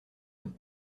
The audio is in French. eux